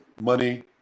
money